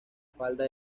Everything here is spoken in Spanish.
falda